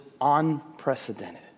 unprecedented